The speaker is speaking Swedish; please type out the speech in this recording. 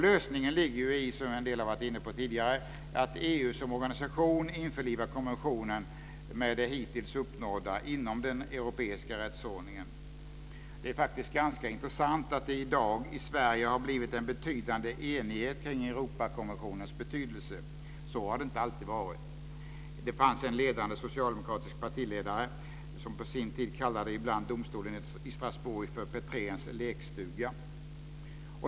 Lösningen ligger ju i, som en del har varit inne på tidigare, att EU som organisation införlivar konventionen med det hittills uppnådda inom den europeiska rättsordningen. Det är faktiskt ganska intressant att det i dag i Sverige har blivit en betydande enighet kring Europakonventionens betydelse. Så har det inte alltid varit. Det fanns en ledande socialdemomkratisk partiledare som på sin tid ibland kallade domstolen i Strasbourg för Petréns lekstuga.